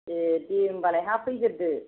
ए दे होनबा नोंहा फैग्रोदो